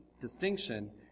distinction